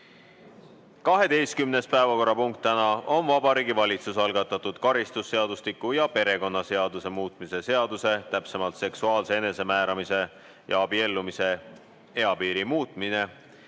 päevakorrapunkt on täna Vabariigi Valitsuse algatatud karistusseadustiku ja perekonnaseaduse muutmise seaduse (seksuaalse enesemääramise ja abiellumise eapiiri muutmine)